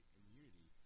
immunity